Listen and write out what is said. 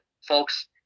Folks